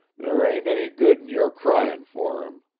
there ain't any good in your crying for him.